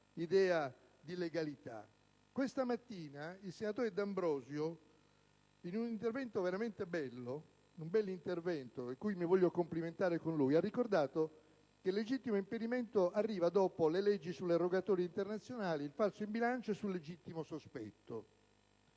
dell'idea di legalità. Questa mattina il senatore D'Ambrosio in un intervento veramente bello, per il quale mi voglio complimentare con lui, ha ricordato che il provvedimento sul legittimo impedimento arriva dopo le leggi sulle rogatorie internazionali, sul falso in bilancio e sul legittimo sospetto.